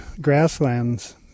grasslands